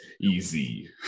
easy